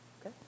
Okay